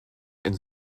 and